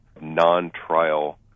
non-trial